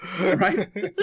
right